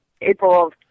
April